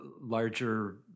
larger